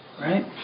right